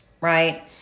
right